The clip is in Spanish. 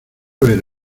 ver